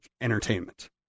entertainment